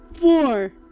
four